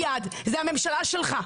זה הממשלה שלך.